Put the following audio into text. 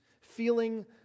feeling